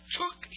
took